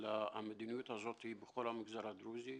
אלא המדיניות הזאת בכל המגזר הדרוזי.